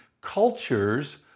cultures